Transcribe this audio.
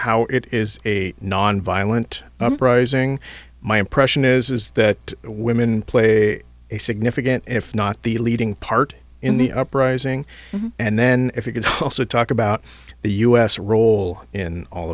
how it is a nonviolent uprising my impression is that women play a significant if not the leading part in the uprising and then if you could also talk about the u s role in all